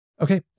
Okay